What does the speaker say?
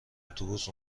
اتوبوس